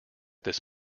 this